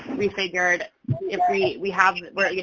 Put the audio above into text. we figured if we we have where, you